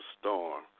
storm